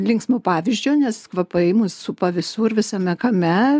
linksmo pavyzdžio nes kvapai mus supa visur visame kame